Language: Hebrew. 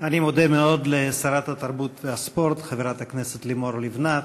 אני מודה מאוד לשרת התרבות והספורט חברת הכנסת לימור לבנת.